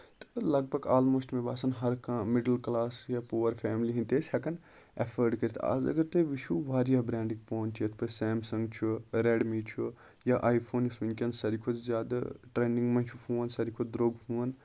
تہٕ لگ بگ آلموسٹ مےٚ باسان ہر کانہہ مِڈٕل کَلاس یا پُور فیملی ہِندۍ تہِ ٲسۍ ہٮ۪کان اٮ۪فٲڈ کٔرِتھ آز اَگر تُہۍ وٕچھو واریاہ برینڈٕکۍ فون چھِ یِتھۍ پٲٹھۍ سیٚمسَنگ چھُ ریڈمی چھُ یا آی فون یُس وٕنکیٚن ساروی کھۄتہٕ زیادٕ ٹرینِڈنگ منٛز چھُ فون ساروی کھۄتہٕ درٛوٚگ فون